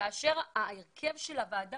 ההרכב של הוועדה